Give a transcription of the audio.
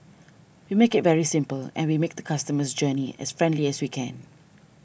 we make it very simple and we make the customer's journey as friendly as we can